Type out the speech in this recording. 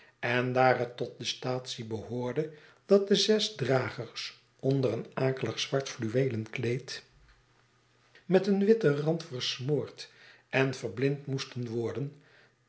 en daar het tot de staatsie behoorde dat de zes dragers onder een akelig zwart fluweelen kleed met een witten rand versmoord en verblind moesten worden